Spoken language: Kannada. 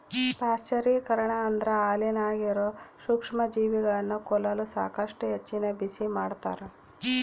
ಪಾಶ್ಚರೀಕರಣ ಅಂದ್ರ ಹಾಲಿನಾಗಿರೋ ಸೂಕ್ಷ್ಮಜೀವಿಗಳನ್ನ ಕೊಲ್ಲಲು ಸಾಕಷ್ಟು ಹೆಚ್ಚಿನ ಬಿಸಿಮಾಡ್ತಾರ